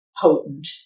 potent